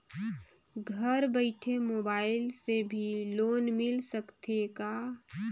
घर बइठे मोबाईल से भी लोन मिल सकथे का?